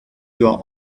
your